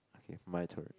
okay my turn